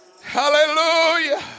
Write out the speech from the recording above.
Hallelujah